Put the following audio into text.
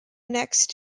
next